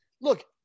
Look